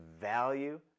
value